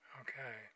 okay